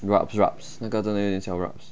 rabs rabs 那个真的有点小 rabs